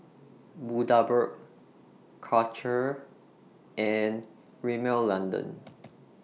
Bundaberg Karcher and Rimmel London